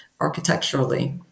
architecturally